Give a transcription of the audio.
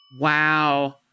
wow